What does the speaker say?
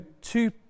two